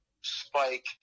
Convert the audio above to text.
spike